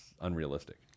unrealistic